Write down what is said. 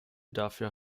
dafür